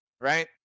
right